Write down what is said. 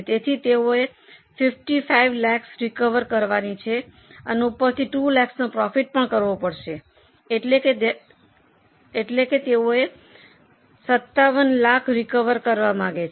તેથી તેઓએ 55 લાખ રિકવર કરવાની છે અને ઉપરથી 2 લાખનો પ્રોફિટ કરવો પડશે એટલે કે તેઓ 57 લાખ રિકવર કરવા માગે છે